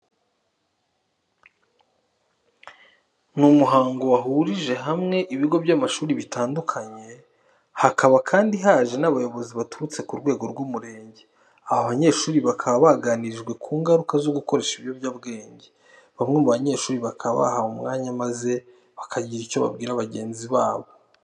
Ni umuhango wahurije hamwe ibigo by'amashuri bitandukanye, hakaba kandi haje n'abayobozi baturutse ku rwego rw'umurenge. Aba banyeshuri bakaba baganirijwe ku ngaruka zo gukoresha ibiyobyabwenge. Bamwe mu banyeshuri bakaba bahawe umwanya maze bakagira icyo babwira bagenzi babo.